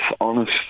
honest